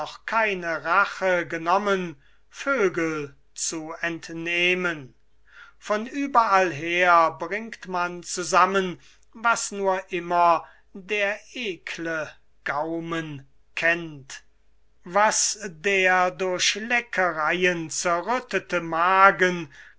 keine rache genommen vögel zu entnehmen von überall her bringt man zusammen was nur immer der ekle gaumen kennt was der durch leckereien zerrüttete magen